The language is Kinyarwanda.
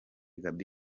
gaby